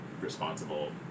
responsible